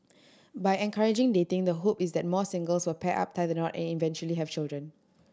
by encouraging dating the hope is that more singles will pair up tie the knot and eventually have children